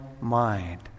mind